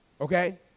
okay